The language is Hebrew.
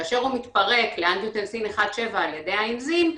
כאשר הוא מתפרק לאנגיוטנסין 1.7 על ידי האנזים,